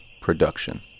Production